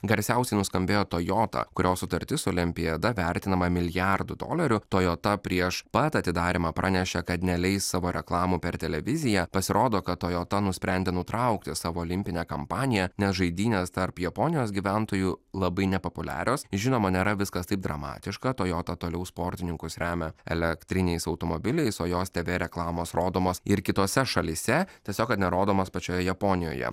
garsiausiai nuskambėjo tojota kurios sutartis su olimpiada vertinama milijardu dolerių tojota prieš pat atidarymą pranešė kad neleis savo reklamų per televiziją pasirodo kad tojota nusprendė nutraukti savo olimpinę kampaniją nes žaidynės tarp japonijos gyventojų labai nepopuliarios žinoma nėra viskas taip dramatiška tojota toliau sportininkus remia elektriniais automobiliais o jos tė vė reklamos rodomos ir kitose šalyse tiesiog kad nerodomos pačioje japonijoje